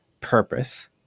purpose